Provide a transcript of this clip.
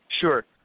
Sure